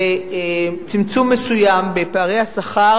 ויש צמצום מסוים בפערי השכר,